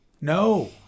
No